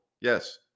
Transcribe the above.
Yes